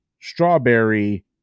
strawberry